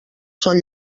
són